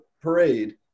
parade